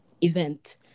event